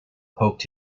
poked